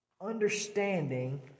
understanding